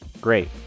Great